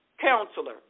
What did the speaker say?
counselor